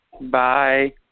Bye